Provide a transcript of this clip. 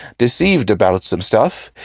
deceived about some stuff,